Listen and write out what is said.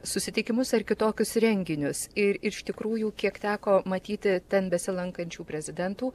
susitikimus ar kitokius renginius ir iš tikrųjų kiek teko matyti ten besilankančių prezidentų